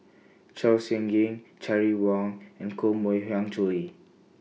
Chong Siew Ying Terry Wong and Koh Mui Hiang Julie